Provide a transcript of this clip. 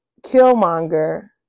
Killmonger